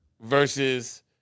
versus